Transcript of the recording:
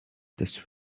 this